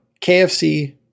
KFC